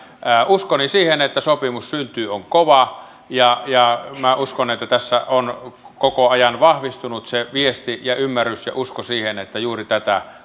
uskoni siihen että sopimus syntyy on kova ja ja minä uskon että tässä on koko ajan vahvistunut se viesti ja ymmärrys ja usko siihen että juuri tätä